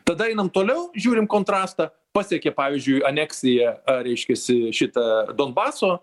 tada einam toliau žiūrim kontrastą pasiekė pavyzdžiui aneksija reiškiasi šita donbaso